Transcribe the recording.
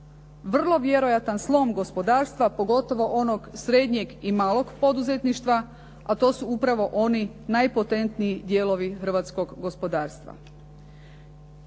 Vrlo vjerojatan sloj gospodarstva pogotovo onog srednjeg i malog poduzetništva a to su upravo oni najpotentniji dijelovi hrvatskog gospodarstva.